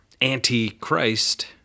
anti-Christ